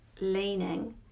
leaning